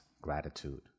gratitude